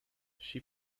she